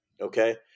Okay